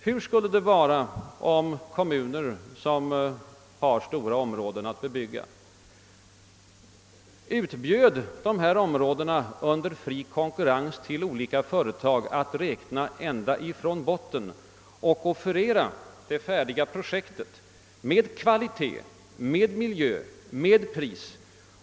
Hur skulle det vara, om kommuner som har stora områden att bebygga utbjöd dessa områden under fri konkurrens till olika företag, som fick räkna ända från botten, och offerera det färdiga projektet med uppgivet pris på bostäder och miljö?